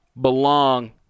belong